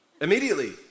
immediately